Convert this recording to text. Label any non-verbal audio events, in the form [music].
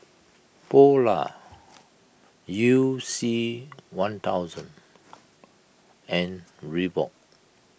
Polar You C one thousand [noise] and Reebok